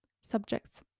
Subjects